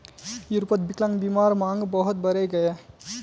यूरोपोत विक्लान्ग्बीमार मांग बहुत बढ़े गहिये